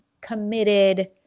committed